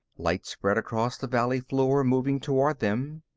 light spread across the valley floor, moving toward them.